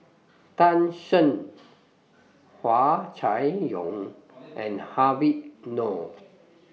Tan Shen Hua Chai Yong and Habib Noh